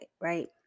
right